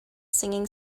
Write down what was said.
singing